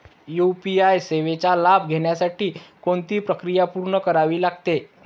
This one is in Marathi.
यू.पी.आय सेवेचा लाभ घेण्यासाठी कोणती प्रक्रिया पूर्ण करावी लागते?